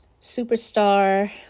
superstar